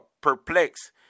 perplexed